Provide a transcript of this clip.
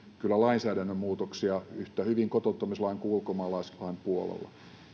kyllä myös lainsäädännön muutoksia yhtä hyvin kotouttamislain kuin ulkomaalaislain puolella